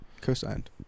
Co-signed